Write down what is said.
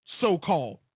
So-called